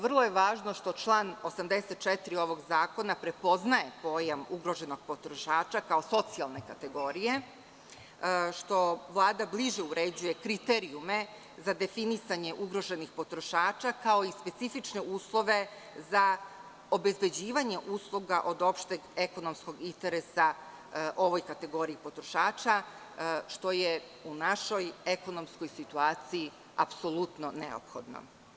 Vrlo je važno što član 84. ovog zakona prepoznaje pojam ugroženog potrošača kao socijalne kategorije, štoVlada bliže uređuje kriterijume za definisanje ugroženih potrošača kao i specifične uslove za obezbeđivanje usluga od opšteg ekonomskog interesa ovoj kategoriji potrošača, što je u našoj ekonomskoj situaciji apsolutno neophodno.